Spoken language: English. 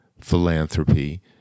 philanthropy